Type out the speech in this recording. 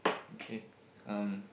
okay um